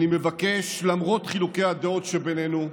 אני מבקש, למרות חילוקי הדעות שבינינו,